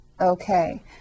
okay